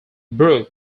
brook